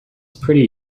pretty